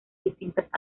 distintas